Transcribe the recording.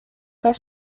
pas